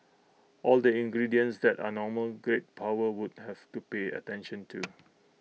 all the ingredients that are normal great power would have to pay attention to